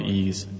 ease